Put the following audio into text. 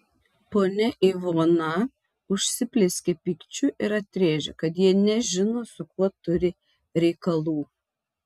ponia ivona užsiplieskė pykčiu ir atrėžė kad jie nežino su kuo turi reikalų